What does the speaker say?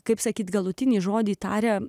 kaip sakyti galutinį žodį taria